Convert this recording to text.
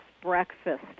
breakfast